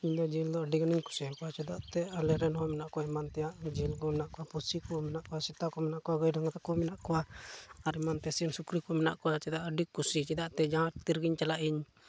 ᱤᱧᱫᱚ ᱡᱤᱭᱟᱹᱞᱤ ᱫᱚ ᱟᱹᱰᱤ ᱜᱟᱱᱤᱧ ᱠᱩᱥᱤᱭᱟ ᱠᱚᱣᱟ ᱪᱮᱫᱟᱜ ᱮᱱᱛᱮᱫ ᱟᱞᱮᱨᱮᱱ ᱦᱚᱸ ᱢᱮᱱᱟᱜ ᱠᱚᱣᱟ ᱮᱢᱟᱱ ᱛᱮᱭᱟᱜ ᱡᱤᱭᱟᱹᱞᱤ ᱠᱚ ᱢᱮᱱᱟᱜ ᱠᱚᱣᱟ ᱯᱩᱥᱤ ᱠᱚ ᱢᱮᱱᱟᱜ ᱠᱚᱣᱟ ᱥᱮᱛᱟ ᱠᱚ ᱢᱮᱱᱟᱜ ᱠᱚᱣᱟ ᱜᱟᱹᱭ ᱰᱟᱝᱨᱟ ᱠᱚ ᱢᱮᱱᱟᱜ ᱠᱚᱣᱟ ᱟᱨ ᱱᱚᱛᱮ ᱥᱤᱢ ᱥᱩᱠᱨᱤ ᱠᱚ ᱢᱮᱱᱟᱜ ᱠᱚᱣᱟ ᱪᱮᱫᱟᱜ ᱟᱹᱰᱤ ᱠᱩᱥᱤ ᱪᱮᱫᱟᱜ ᱥᱮ ᱡᱟᱦᱟᱸ ᱛᱤ ᱮᱜᱮᱧ ᱪᱟᱞᱟᱜ ᱤᱧ